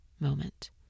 moment